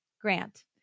Grant